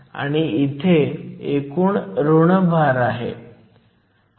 आपण आधी पाहिले आहे की ni या बँड गॅप NcNvexp Eg2kT वर अवलंबून असते